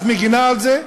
את מגינה על זה?